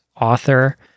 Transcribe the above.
author